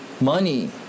money